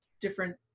different